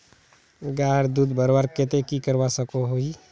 गायेर दूध बढ़वार केते की करवा सकोहो ही?